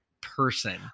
person